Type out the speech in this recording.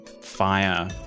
fire